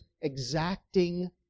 exacting